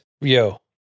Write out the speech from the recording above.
Yo